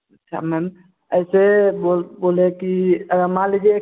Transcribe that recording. अच्छा मैम ऐसे बोल बोलें कि अगर मान लीजिए